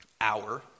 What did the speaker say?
hour